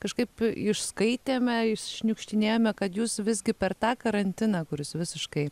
kažkaip išskaitėme iššniukštinėjome kad jūs visgi per tą karantiną kuris visiškai